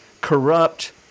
corrupt